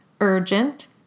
urgent